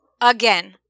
Again